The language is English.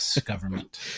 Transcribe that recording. government